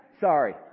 Sorry